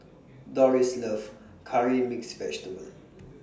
Doris loves Curry Mixed Vegetable